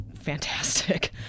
fantastic